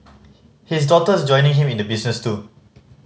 his daughter's joining him in the business too